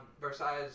Versailles